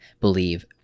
believe